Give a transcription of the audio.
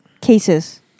cases